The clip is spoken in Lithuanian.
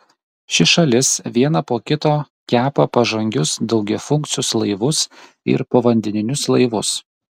ši šalis vieną po kito kepa pažangius daugiafunkcius laivus ir povandeninius laivus